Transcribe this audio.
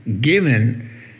given